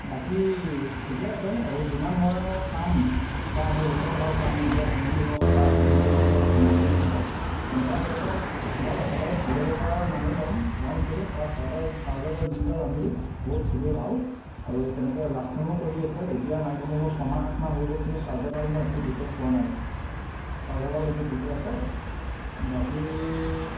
বাকী ঠিকেই আছে আৰু যিমান মই পাম বা মোৰ লগৰ হওক বা মোৰ নিজৰ ফেমিলি হওক বা মোৰ কোনোবা চিনাকী মানুহ হওক তেনেকুৱা ক্ষেত্ৰত মই সদায় ভোলেবাবাৰ নামেই ল'ম কাৰণ কেলৈ তাৰ চাডাল চাৰ্জাৰডাল যিডাল আনিলোঁ বহুত খুবেই ভাল আৰু তেনেকৈ লাষ্টিঙো কৰি আছে এতিয়া নাই কমেও মোৰ ছমাহ সাতমাহ হৈ গ'ল কিন্তু চাৰ্জাৰডাল মোৰ একো ডিফেক্ট পোৱা নাই চাৰ্জাৰডাল এনেই ঠিকে আছে বাকী